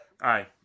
aye